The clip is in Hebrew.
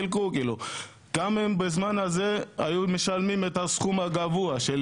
גם הם בזמן הזה היו משלמים את הסכום הגבוה של